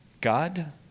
God